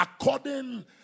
according